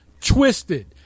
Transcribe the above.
twisted